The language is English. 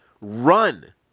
Run